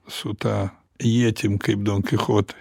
su ta ietim kaip donkichotui